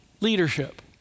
leadership